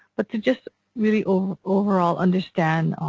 but to just really overall understand